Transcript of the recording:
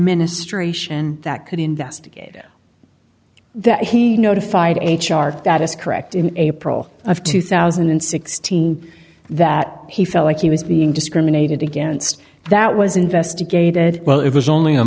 ministration that could investigated that he notified a chart that is correct in april of two thousand and sixteen that he felt like he was being discriminated against that was investigated well it was only a